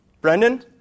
Brendan